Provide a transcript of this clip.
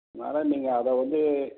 அதனால் நீங்கள் அதை வந்து